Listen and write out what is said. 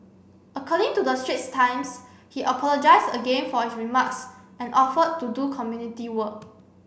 according to the Straits Times he apologised again for his remarks and offered to do community work